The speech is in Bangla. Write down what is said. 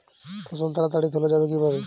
ফসল তাড়াতাড়ি তোলা যাবে কিভাবে?